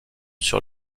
sur